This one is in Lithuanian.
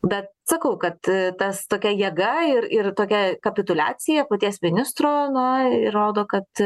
bet sakau kad tas tokia jėga ir ir tokia kapituliacija paties ministro na ji rodo kad